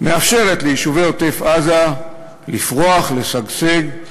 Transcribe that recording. מאפשרת ליישובי עוטף-עזה לפרוח, לשגשג.